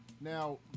Now